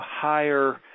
higher